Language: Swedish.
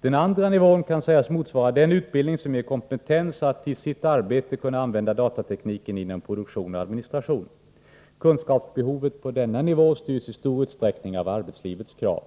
Den andra nivån kan sägas motsvara den utbildning som ger kompetens att i sitt arbete kunna använda datatekniken inom produktion och administration. Kunskapsbehovet på denna nivå styrs i stor utsträckning av arbetslivets krav.